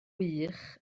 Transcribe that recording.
wych